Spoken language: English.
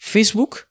Facebook